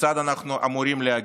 כיצד אנחנו אמורים להגיב?